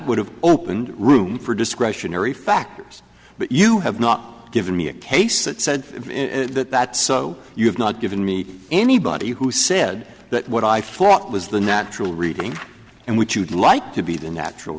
would have opened room for discretionary factors but you have not given me a case that said that so you have not given me to anybody who said that what i thought was the natural reading and what you'd like to be the natural